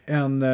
en